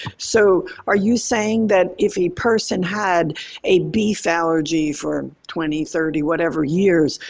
so, are you saying that if a person had a beef allergy for twenty, thirty, whatever years,